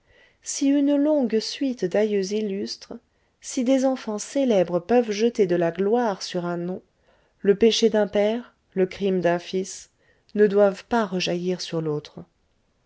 si une longue suite d'aïeux illustres si des enfants célèbres peuvent jeter de la gloire sur un nom le péché d'un père le crime d'un fils ne doivent pas rejaillir sur l'autre